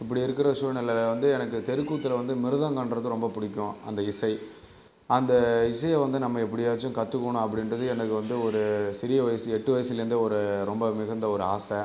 இப்படி இருக்கிற சூழ்நிலையில் வந்து எனக்கு தெருக்கூத்தில் வந்து மிருதங்கம்றது எனக்கு ரொம்ப பிடிக்கும் அந்த இசை அந்த இசையை வந்து நம்ம எப்படியாச்சும் கத்துக்கணும் அப்படின்றது எனக்கு வந்து ஒரு சிறிய வயசு எட்டு வயசிலேந்து ஒரு ரொம்ப மிகுந்த ஒரு ஆசை